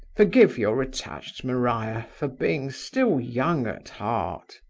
forgive your attached maria for being still young at heart!